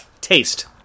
taste